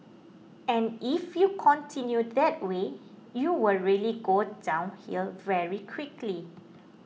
and if you continue that way you will really go downhill very quickly